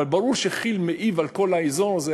אבל ברור שכי"ל מעיבה על כל האזור הזה,